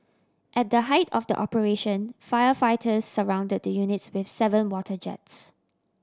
at the height of the operation firefighters surrounded the units with seven water jets